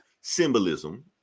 symbolism